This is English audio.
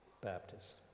Baptist